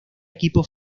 equipo